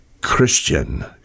Christian